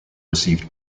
received